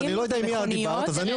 מכוניות,